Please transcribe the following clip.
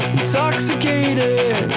intoxicated